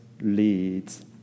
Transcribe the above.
leads